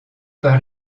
par